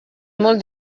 molt